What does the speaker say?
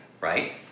right